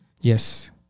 Yes